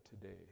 today